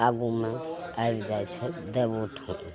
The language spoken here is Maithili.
आगूमे आबि जाइ छै देब उठान